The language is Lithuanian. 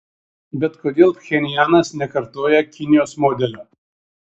bet kodėl pchenjanas nekartoja kinijos modelio